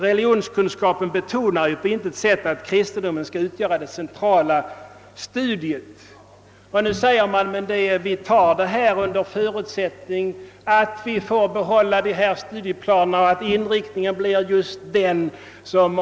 Religionskunskapen betonar på intet sätt att kristendomen skall utgöra det centrala studiet. Nu säger man att man accepterar detta under förutsättning att man får behålla den nuvarande läroplanen med tyngdpunkten på kristendomen.